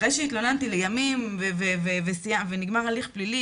אחרי שהתלוננתי לימים ונגמר הליך פלילי